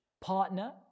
partner